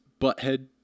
butthead